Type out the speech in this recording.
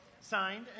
signed